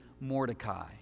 Mordecai